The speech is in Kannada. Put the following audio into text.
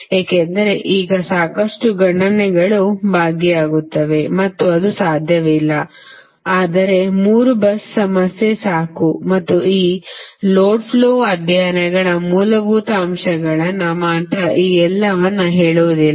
ಏಕೆಂದರೆ ಆಗ ಸಾಕಷ್ಟು ಗಣನೆಗಳು ಭಾಗಿಯಾಗುತ್ತವೆ ಮತ್ತು ಅದು ಸಾಧ್ಯವಿಲ್ಲ ಆದರೆ 3 bus ಸಮಸ್ಯೆ ಸಾಕು ಮತ್ತು ಈ ಲೋಡ್ ಫ್ಲೋ ಅಧ್ಯಯನಗಳ ಮೂಲಭೂತ ಅಂಶಗಳನ್ನು ಮಾತ್ರ ಈ ಎಲ್ಲವನ್ನು ಹೇಳುವುದಿಲ್ಲ